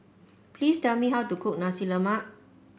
please tell me how to cook Nasi Lemak